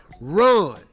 Run